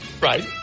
Right